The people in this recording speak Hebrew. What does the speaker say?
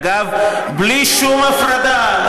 אגב בלי שום הפרדה,